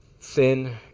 thin